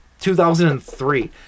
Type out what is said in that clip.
2003